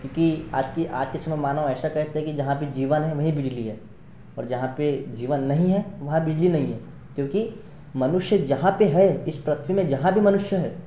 क्योंकि आज की आतिश में मानव ऐसा कहते हैं कि जहाँ भी जीवन है वहीं बिजली है और जहाँ पर जीवन नहीं है वहाँ बिजली नहीं है क्योंकि मनुष्य जहाँ पर है इस पृथ्वी में जहाँ भी मनुष्य है